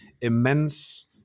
immense